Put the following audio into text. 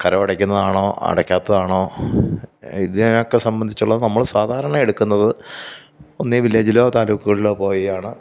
കരവടയ്ക്കുന്നതാണോ അടയ്ക്കാത്തതാണോ ഇതിനെ ഒക്കെ സംബന്ധിച്ചുള്ള നമ്മള് സാധാരണ എടുക്കുന്നത് ഒന്ന് ഈ വില്ലേജിലോ താലൂക്ക്കളിലോ പോയാണ്